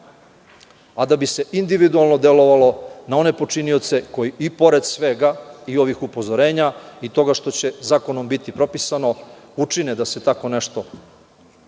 a da bi se individualno delovalo na one počinioce koji i pored svega, i ovih upozorenja i toga što će zakonom biti propisano, učine da se tako nešto desi